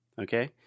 Okay